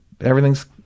everything's